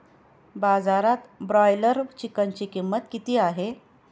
बाजारात ब्रॉयलर चिकनची किंमत किती आहे?